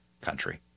country